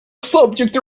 subject